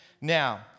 Now